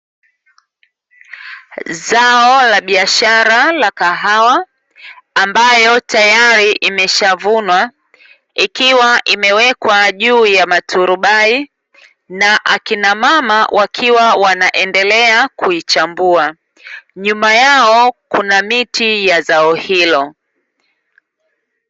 Zao la biashara la kahawa ambayo tayari imeshavunwa ikiwa imewekwa juu ya maturubai, na akina mama wakiwa wanaendelea kuichambua. Nyuma yao kukiwa na miti ya zao hilo.